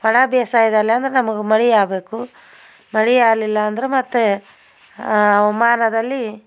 ಒಣ ಬೇಸಾಯದಲ್ಲಿ ಅಂದ್ರೆ ನಮಗೆ ಮಳೆ ಆಗಬೇಕು ಮಳೆ ಆಗ್ಲಿಲ್ಲ ಅಂದರೆ ಮತ್ತೆ ಹವ್ಮಾನದಲ್ಲಿ